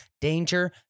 danger